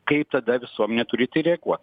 kaip tada visuomenė turi į tai reaguot